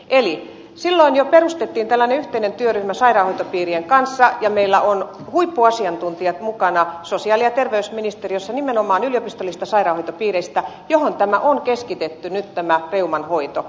eli silloin jo perustettiin tällainen yhteinen työryhmä sairaanhoitopiirien kanssa ja meillä on huippuasiantuntijat mukana sosiaali ja terveysministeriössä nimenomaan yliopistollisista sairaanhoitopiireistä joihin on keskitetty nyt tämä reuman hoito